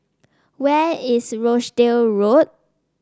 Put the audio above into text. where is Rochdale Road